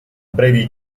brevi